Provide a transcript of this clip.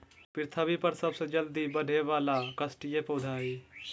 पृथ्वी पर सबसे जल्दी बढ़े वाला काष्ठिय पौधा हइ